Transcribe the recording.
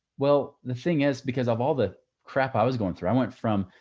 well, the thing is because of all the crap i was going through, i went from,